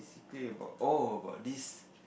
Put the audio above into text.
okay all about this